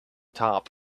top